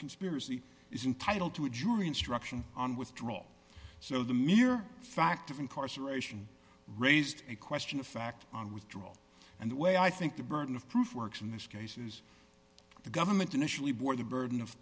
conspiracy isn't title to a jury instruction on withdrawal so the mere fact of incarceration raised a question of fact on withdrawal and the way i think the burden of proof works in this case is the government initially bore the burden of